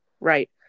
Right